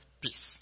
peace